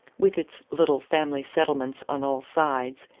with its little family settlements on all sides,